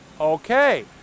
Okay